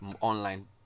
online